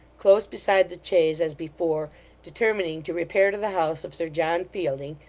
close beside the chaise as before determining to repair to the house of sir john fielding,